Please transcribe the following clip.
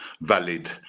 valid